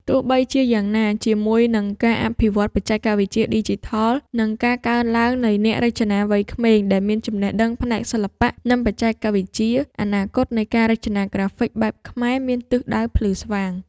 ទោះបីជាយ៉ាងណា ជាមួយនឹងការអភិវឌ្ឍបច្ចេកវិទ្យាឌីជីថល និងការកើនឡើងនៃអ្នករចនាវ័យក្មេងដែលមានចំណេះដឹងផ្នែកសិល្បៈ និងបច្ចេកវិទ្យា អនាគតនៃការរចនាក្រាហ្វិកបែបខ្មែរមានទិសដៅភ្លឺស្វាង។